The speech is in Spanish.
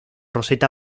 roseta